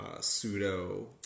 pseudo